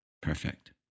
Perfect